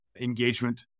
engagement